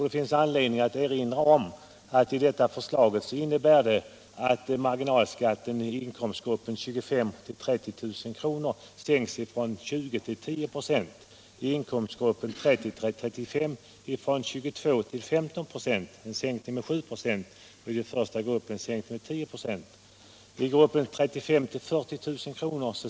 Det finns anledning att erinra om att detta förslag innebär att marginalskatten i inkomstgrupperna 25 000-30 000 kr. sänks från 20 till 10 96, en sänkning med 10 96, och i inkomstgrupperna 30 000-35 000 kr. från 22 till 15 96, en sänkning med 7 96. I gruppen 35 000 till 40 000 kr.